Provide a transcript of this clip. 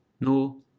no